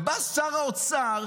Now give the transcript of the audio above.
ובא שר האוצר